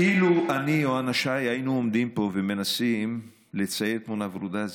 אילו אני או אנשיי היינו עומדים פה ומנסים לצייר תמונה ורודה,